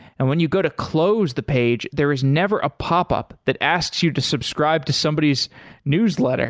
and when you go to close the page, there is never a pop-up that asks you to subscribe to somebody's newsletter